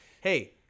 Hey